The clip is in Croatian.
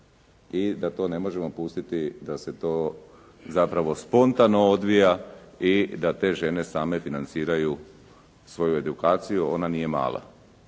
i da to ne možemo pustiti da se to zapravo spontano odvija i da te žene same financiraju svoju edukaciju, ona nije mala.